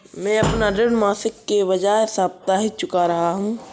मैं अपना ऋण मासिक के बजाय साप्ताहिक चुका रहा हूँ